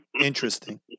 Interesting